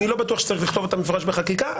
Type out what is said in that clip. אני לא בטוח שצריך לכתוב זאת במפורש בחקיקה .